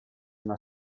una